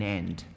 end